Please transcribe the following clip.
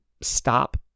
stop